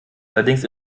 allerdings